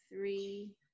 three